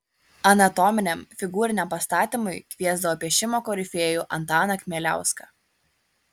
anatominiam figūriniam pastatymui kviesdavo piešimo korifėjų antaną kmieliauską